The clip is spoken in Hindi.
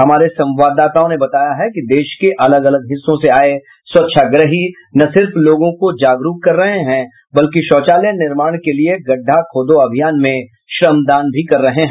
हमारे संवाददाताओं ने बताया है कि देश के अलग अलग हिस्सों से आये स्वच्छाग्रही न सिर्फ लोगों को जागरूक कर रहे हैं बल्कि शौचालय निर्माण के लिए गड्ढ़ा खोदो अभियान में श्रमदान भी कर रहे हैं